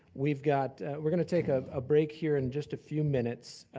we've got, we're gonna take ah a break here in just a few minutes.